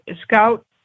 scout